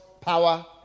power